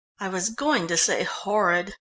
i was going to say horrid,